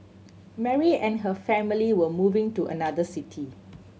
Mary and her family were moving to another city